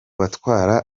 batwara